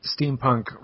steampunk